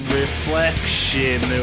reflection